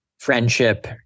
friendship